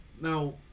Now